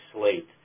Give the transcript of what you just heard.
slate